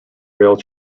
rail